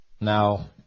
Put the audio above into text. Now